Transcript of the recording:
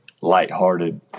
lighthearted